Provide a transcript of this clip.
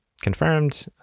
Confirmed